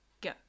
Go